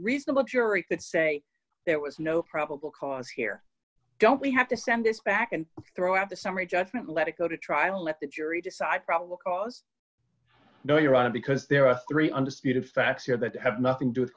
reasonable jury could say there was no probable cause here don't we have to send this back and throw up a summary judgment let it go to trial let the jury decide probable cause no you're right because there are three understated facts here that have nothing do